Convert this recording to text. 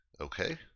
okay